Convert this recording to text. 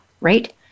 Right